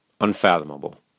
unfathomable